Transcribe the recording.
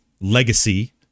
Legacy